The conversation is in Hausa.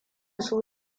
su